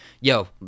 yo